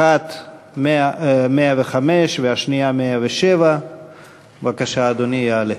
אחת 105 והשנייה 107. בבקשה, אדוני יעלה.